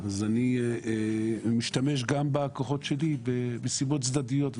אני משתמש גם בכוחות שלי בסיבות צדדיות,